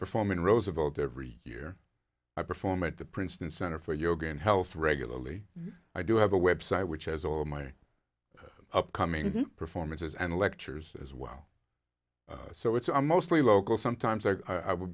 perform in roosevelt every year i perform at the princeton center for yoga and health regularly i do have a website which as all of my upcoming performances and lectures as well so it's a mostly local sometimes i will